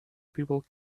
people